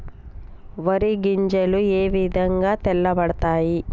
వరి గింజలు ఏ విధంగా తెల్ల పడతాయి?